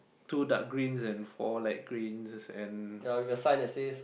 two dark greens and four light greens and